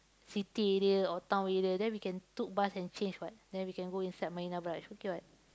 city area or town area then we can took bus and change what then we can go inside Marina-Barrage okay what